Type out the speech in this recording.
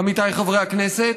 עמיתיי חברי הכנסת,